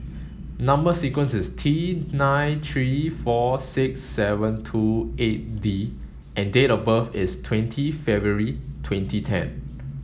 number sequence is T nine three four six seven two eight D and date of birth is twentieth February twenty ten